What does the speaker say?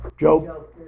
Joe